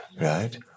right